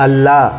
ಅಲ್ಲ